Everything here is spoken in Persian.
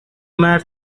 مرد